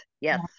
Yes